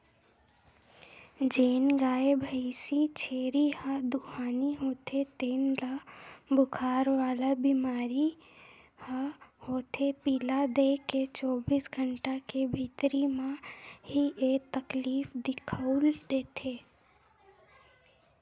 जेन गाय, भइसी, छेरी ह दुहानी होथे तेन ल बुखार वाला बेमारी ह होथे पिला देके चौबीस घंटा के भीतरी म ही ऐ तकलीफ दिखउल देथे